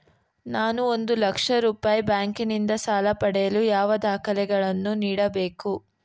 ನಾನು ಒಂದು ಲಕ್ಷ ರೂಪಾಯಿ ಬ್ಯಾಂಕಿನಿಂದ ಸಾಲ ಪಡೆಯಲು ಯಾವ ದಾಖಲೆಗಳನ್ನು ನೀಡಬೇಕು?